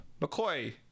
McCoy